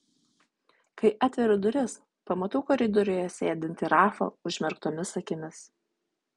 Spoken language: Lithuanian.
kai atveriu duris pamatau koridoriuje sėdintį rafą užmerktomis akimis